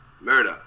murder